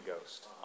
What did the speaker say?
Ghost